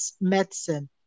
medicine